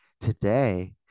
Today